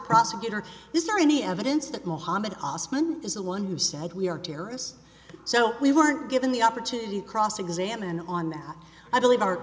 prosecutor is there any evidence that mohamed osman is the one who said we are terrorists so we weren't given the opportunity to cross examine on that i believe